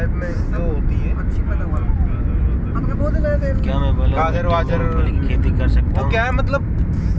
क्या मैं बलुई मिट्टी में मूंगफली की खेती कर सकता हूँ?